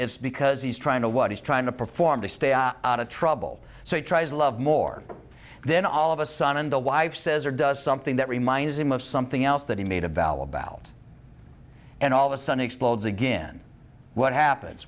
it's because he's trying to what he's trying to perform to stay are out of trouble so he tries to love more then all of a sudden the wife says or does something that reminds him of something else that he made a valid bout and all the sun explodes again what happens